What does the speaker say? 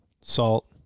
salt